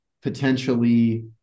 potentially